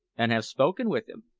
and have spoken with him.